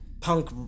Punk